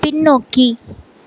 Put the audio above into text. பின்னோக்கி